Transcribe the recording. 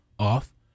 off